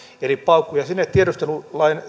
eli paukkuja sinne tiedustelulain